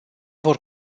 vor